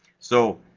so,